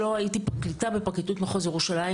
הייתי פרקליטה בפרקליטות מחוז ירושלים,